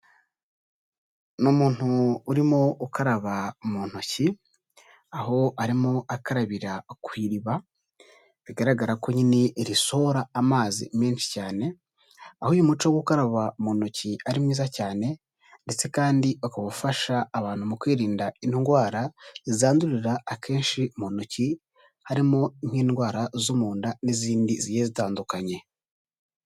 Ni umuntu urimo ukaraba mu ntoki, aho arimo akabira ku iriba. Bigaragara ko nyine risohora amazi menshi cyane. Aho uyu muco wo gukaraba mu ntoki ari mwiza cyane, ndetse kandi ukaba ufasha abantu mu kwirinda indwara zandurira akenshi mu ntoki, harimo nk'indwara zo mu nda n'izindi zigiye zitandukanye.